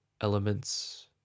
elements